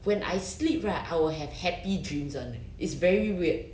when I sleep right I will have happy dreams [one] leh it's very weird